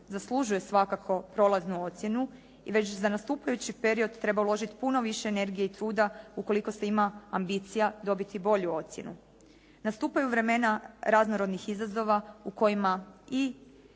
zaslužuje svakako prolaznu ocjenu i već za nastupajući period treba uložiti puno više energije i truda ukoliko se ima ambicija dobiti bolju ocjenu. Nastupaju vremena raznorodnih izazova u kojima i